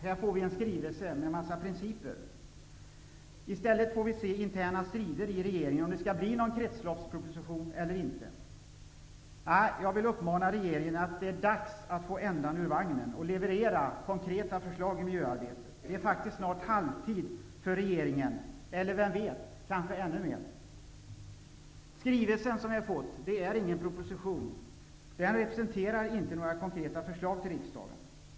Här får vi en skrivelse med en massa principer. I stället för konkreta förslag får vi se interna strider i regeringen om det skall bli någon kretsloppsproposition eller inte. Jag vill säga till regeringen att det nu är dags att få ändan ur vagnen och leverera konkreta förslag i miljöarbetet. Det är faktiskt snart halvtid för regeringen -- eller vem vet, kanske mer än halvtid. Den skrivelse vi har fått är ingen proposition. Den representerar inte några konkreta förslag till riksdagen.